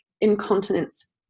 incontinence